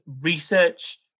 research